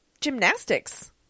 gymnastics